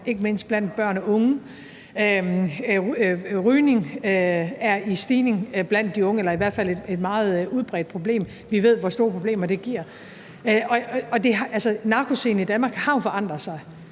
ikke mindst blandt børn og unge. Rygning er i stigning blandt de unge eller er i hvert fald et meget udbredt problem. Vi ved, hvor store problemer det giver. Narkoscenen i Danmark har jo forandret sig,